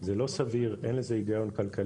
זה לא סביר, אין לזה היגיון כלכלי.